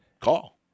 call